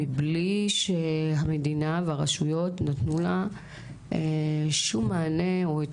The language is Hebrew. מבלי שהמדינה והרשויות נתנו לה שום מענה או את